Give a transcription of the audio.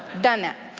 done that.